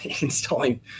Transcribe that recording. installing